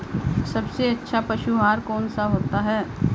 सबसे अच्छा पशु आहार कौन सा होता है?